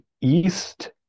east